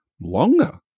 longer